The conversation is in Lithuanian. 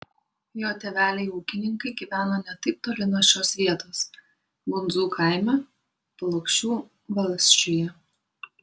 jo tėveliai ūkininkai gyveno ne taip toli nuo šios vietos bundzų kaime plokščių valsčiuje